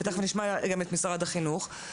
ומיד נשמע גם את משרד החינוך,